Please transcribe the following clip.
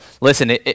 Listen